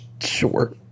sure